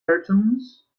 cartoons